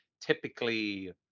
typically